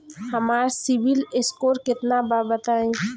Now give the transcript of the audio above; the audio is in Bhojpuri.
हमार सीबील स्कोर केतना बा बताईं?